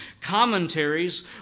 commentaries